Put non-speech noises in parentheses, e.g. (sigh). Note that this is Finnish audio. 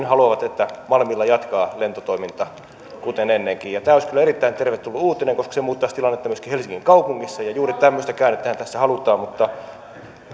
(unintelligible) haluavat että malmilla jatkaa lentotoiminta kuten ennenkin tämä olisi kyllä erittäin tervetullut uutinen koska se muuttaisi tilannetta myöskin helsingin kaupungissa ja juuri tämmöistä käännettähän tässä halutaan mutta